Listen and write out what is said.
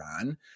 on